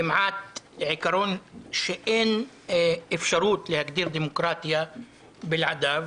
כמעט עיקרון שאין אפשרות להגדיר דמוקרטיה בלעדיו,